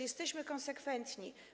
Jesteśmy konsekwentni.